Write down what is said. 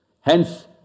Hence